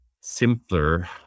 simpler